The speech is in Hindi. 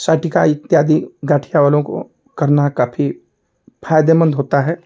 साइटिका इत्यादि गठिया वालों को करना काफ़ी फायदेमंद होता है